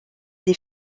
des